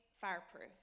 fireproof